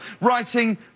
writing